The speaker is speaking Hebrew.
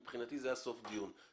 מבחינתי זה היה סוף דיון.